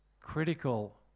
critical